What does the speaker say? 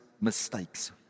mistakes